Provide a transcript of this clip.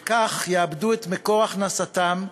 וכך יאבדו את מקור הכנסתם,